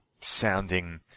sounding